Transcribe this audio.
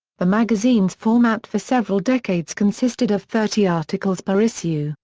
the magazine's format for several decades consisted of thirty articles per issue,